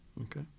okay